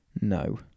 no